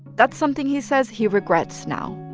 that's something he says he regrets now